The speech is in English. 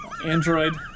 Android